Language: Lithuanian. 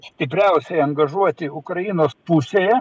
stipriausiai angažuoti ukrainos pusėje